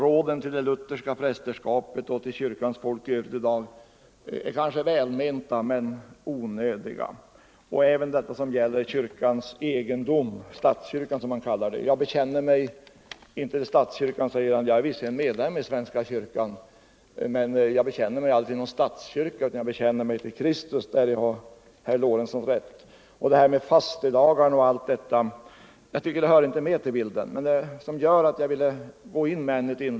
Råden till det lutherska prästerskapet och till kyrkans folk i övrigt är kanske välmenta men onödiga. Jag bekänner mig inte till statskyrkan, även om jag är medlem i den, men jag bekänner mig till Kristus — däri har herr Lorentzon rätt. Vad herr Lorentzon pratade om fastedagar etc. tycker jag inte hör hit.